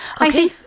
Okay